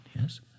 Yes